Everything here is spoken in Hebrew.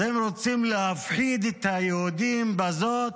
הם רוצים להפחיד את היהודים בזאת: